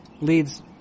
leads